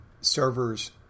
servers